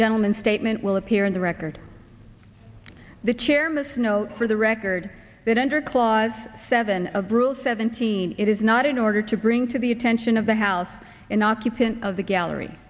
gentle and statement will appear in the record the chairman's note for the record that under clause seven of rule seventeen it is not in order to bring to the attention of the house in occupant of the gallery